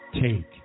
Take